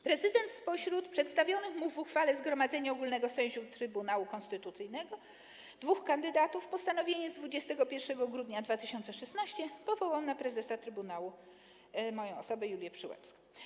Prezydent spośród przedstawionych mu w uchwale Zgromadzenia Ogólnego Sędziów Trybunału Konstytucyjnego dwóch kandydatów postanowieniem z 21 grudnia 2016 r. powołał na prezesa trybunału moją osobę, Julię Przyłębską.